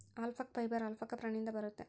alpaca fibre alpaca ಪ್ರಾಣಿಯಿಂದ ಬರುತ್ತೆ